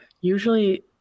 usually